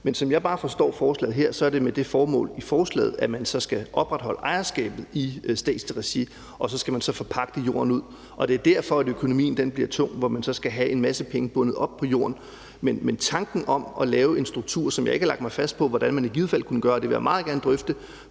Men som jeg forstår forslaget her, er det med det formål, at man så skal opretholde ejerskabet i statsligt regi, og at man så skal forpagte jorden ud. Det er derfor, økonomien bliver tung. Man skal have en masse penge bundet op på jorden. Men tanken om at lave en struktur – som jeg ikke har lagt mig fast på hvordan man i givet fald kunne lave, og det vil jeg meget gerne drøfte